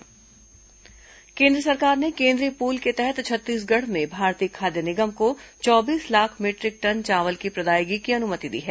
केंद्रीय पूल चावल केन्द्र सरकार ने केंद्रीय पूल के तहत छत्तीसगढ़ में भारतीय खाद्य निगम को चौबीस लाख मीटरिक टन चावल की प्रदायगी की अनुमति दी है